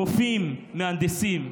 רופאים, מהנדסים.